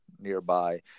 nearby